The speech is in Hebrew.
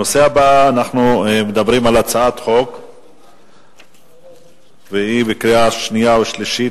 אנחנו מדברים על הצעת חוק בקריאה שנייה ושלישית,